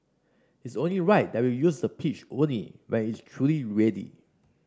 it's only right that we use the pitch only when it's truly ready